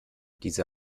diese